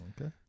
Okay